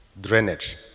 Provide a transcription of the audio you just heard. drainage